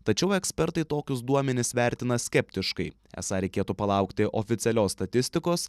tačiau ekspertai tokius duomenis vertina skeptiškai esą reikėtų palaukti oficialios statistikos